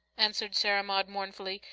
answered sarah maud, mournfully,